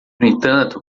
entanto